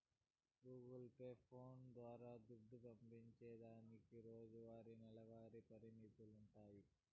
Google Pay, phones ద్వారా దుడ్డు పంపేదానికి రోజువారీ, నెలవారీ పరిమితులుండాయి